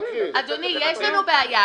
אדוני, יש לנו בעיה.